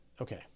Okay